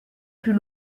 plus